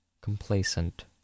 Complacent